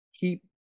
keep